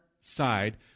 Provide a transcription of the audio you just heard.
side